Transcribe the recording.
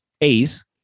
A's